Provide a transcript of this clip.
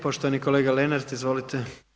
Poštovani kolega Lenart, izvolite.